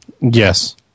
Yes